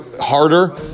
harder